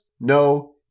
no